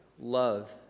love